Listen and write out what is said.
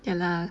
ya lah